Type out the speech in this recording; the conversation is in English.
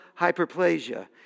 hyperplasia